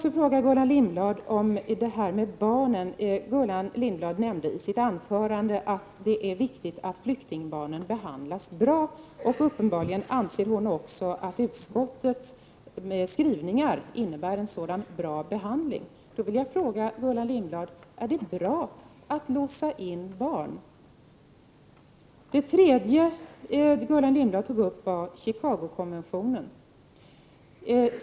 Gullan Lindblad sade i sitt anförande att det är viktigt att flyktingbarnen behandlas bra, och uppenbarligen anser hon också att de åtgärder som föreslås i detta sammanhang och som utskottet tillstyrker innnebär en bra behandling. Jag vill då fråga Gullan Lindblad: Är det bra att låsa in barn? Gullan Lindblad tog även upp Chicagokonventionen.